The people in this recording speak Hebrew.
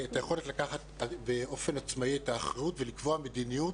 את היכולת לקחת באופן עצמאי את האחריות ולקבוע מדיניות